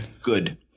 Good